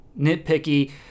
nitpicky